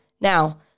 Now